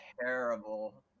terrible